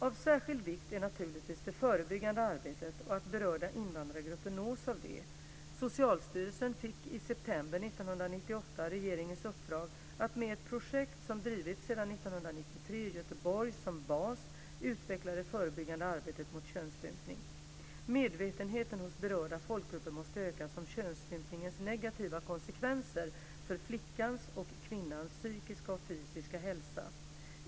Av särskild vikt är naturligtvis det förebyggande arbetet och att berörda invandrargrupper nås av det. Socialstyrelsen fick i september 1998 regeringens uppdrag att med ett projekt som drivits sedan 1993 i Göteborg som bas utveckla det förebyggande arbetet mot könsstympning. Medvetenheten måste ökas hos berörda folkgrupper om könsstympningens negativa konsekvenser för flickans och kvinnans psykiska och fysiska hälsa.